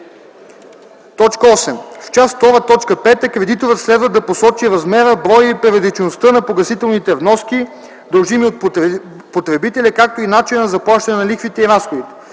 8. В част ІІ, т. 5 кредиторът следва да посочи размера, броя и периодичността на погасителните вноски, дължими от потребителя, както и начина на заплащане на лихвите и разходите.